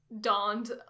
donned